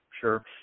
sure